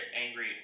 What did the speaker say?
angry